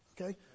Okay